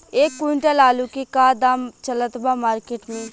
एक क्विंटल आलू के का दाम चलत बा मार्केट मे?